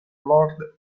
lord